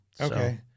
Okay